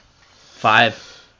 Five